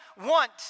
want